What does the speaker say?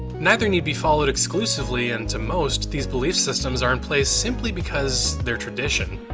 neither need be followed exclusively and to most, these belief systems are in place simply because they're tradition.